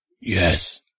Yes